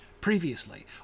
previously